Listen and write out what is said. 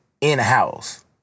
in-house